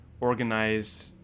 organized